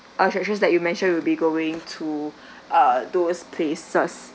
attractions that you mentioned will be going to uh those places